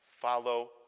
follow